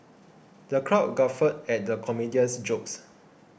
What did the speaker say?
the crowd guffawed at the comedian's jokes